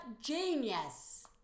genius